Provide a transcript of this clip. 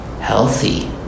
healthy